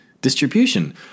distribution